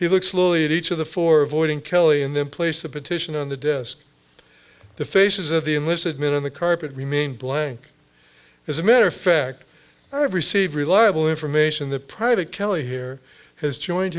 he looks lowly at each of the four avoiding kelly and then place a petition on the desk the faces of the enlisted men on the carpet remain blank as a matter of fact i've received reliable information that private kelly here has joined